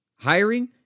Hiring